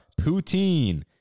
poutine